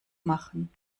machen